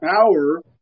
power